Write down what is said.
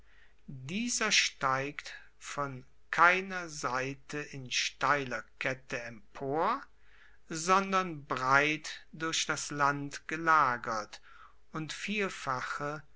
dieser steigt von keiner seite in steiler kette empor sondern breit durch das land gelagert und vielfache